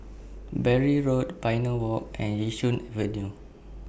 Bury Road Pioneer Walk and Yishun Avenue